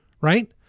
right